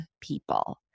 people